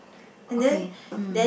okay mm